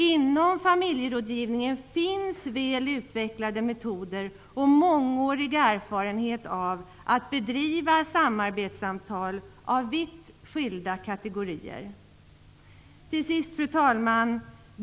Inom familjerådgivningen finns väl utvecklade metoder och mångårig erfarenhet av att bedriva samarbetssamtal av vitt skilda slag. Fru talman!